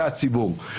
זה הציבור.